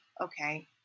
okay